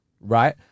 right